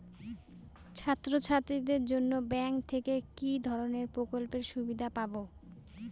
ছাত্রছাত্রীদের জন্য ব্যাঙ্ক থেকে কি ধরণের প্রকল্পের সুবিধে পাবো?